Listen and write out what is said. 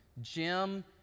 Jim